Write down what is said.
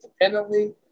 independently